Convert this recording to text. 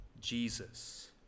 jesus